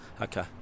Okay